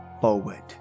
forward